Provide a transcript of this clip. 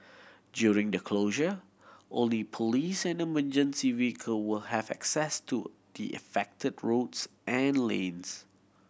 during the closure only police and emergency vehicle will have access to the affected roads and lanes